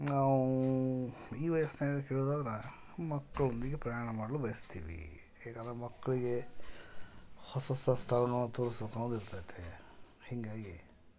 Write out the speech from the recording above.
ನಾವೂ ಈ ವಯಸ್ಸಿನಲ್ಲಿ ಹೇಳೋದಾದ್ರೆ ಮಕ್ಕಳೊಂದಿಗೆ ಪ್ರಯಾಣ ಮಾಡಲು ಬಯಸ್ತೀವಿ ಏಕೆಂದರೆ ಮಕ್ಕಳಿಗೆ ಹೊಸ ಹೊಸ ಸ್ಥಳವೂ ತೋರ್ಸೋದು ಅನ್ನೋದು ಇರ್ತೈತೆ ಹೀಗಾಗಿ